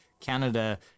Canada